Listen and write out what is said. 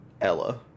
Ella